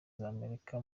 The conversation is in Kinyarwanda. z’amerika